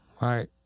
Right